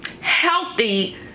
healthy